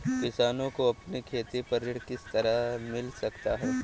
किसानों को अपनी खेती पर ऋण किस तरह मिल सकता है?